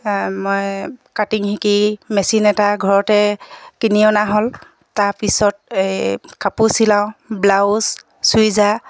মই কাটিং শিকি মেচিন এটা ঘৰতে কিনি অনা হ'ল তাৰ পিছত এই কাপোৰ চিলাওঁ ব্লাউজ চুইদাৰ